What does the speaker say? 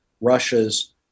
Russia's